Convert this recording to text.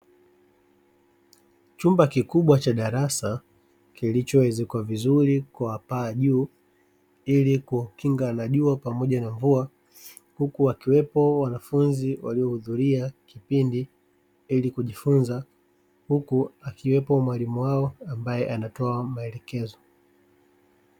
Chumba kikubwa cha darasa, kilichoezekwa vizuri kwa paa juu, ili kuwakinga na jua pamoja na mvua, huku wakiwepo wanafunzi waliohudhuria kipindi, ili kujifunza. Huku akiwepo mwalimu wao, ambaye anatoa maelekezo.